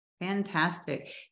Fantastic